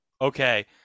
Okay